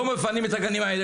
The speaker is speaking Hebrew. לא מפנים את הגנים האלה,